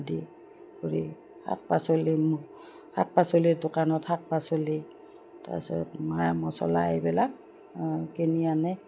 দি কৰি শাক পাচলি শাক পাচলিৰ দোকানত শাক পাচলি তাৰ পিছত মা মচলা এইবিলাক কিনি আনে